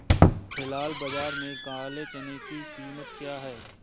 फ़िलहाल बाज़ार में काले चने की कीमत क्या है?